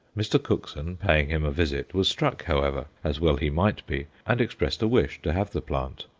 mr. cookson, paying him a visit, was struck, however as well he might be and expressed a wish to have the plant.